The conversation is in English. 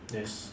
yes